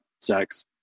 sex